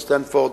בסטנפורד,